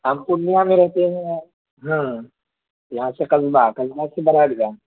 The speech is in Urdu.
ہم پورنیہ میں رہتے ہیں ہاں یہاں سے